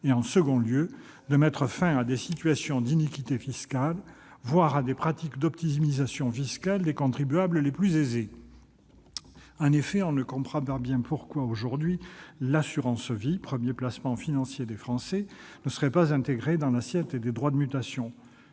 et, en second lieu, de mettre fin à des situations d'iniquité fiscale, voire à des pratiques d'optimisation fiscale de la part des contribuables les plus aisés. En effet, on ne comprend pas bien pourquoi, aujourd'hui, l'assurance vie, premier placement financier des Français, ne serait pas incluse dans l'assiette des droits de mutation.